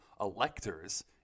electors